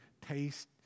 taste